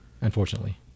Unfortunately